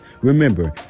Remember